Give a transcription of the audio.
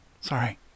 Sorry